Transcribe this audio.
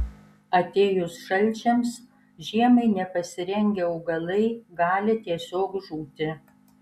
atėjus šalčiams žiemai nepasirengę augalai gali tiesiog žūti